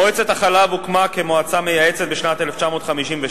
מועצת החלב הוקמה כמועצה מייעצת בשנת 1956,